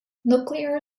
nuclear